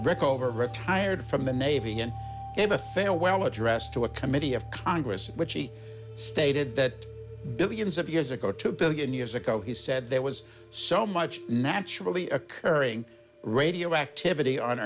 wreck over retired from the navy and gave a farewell address to a committee of congress which he stated that billions of years ago two billion years ago he said there was so much naturally occurring radioactivity on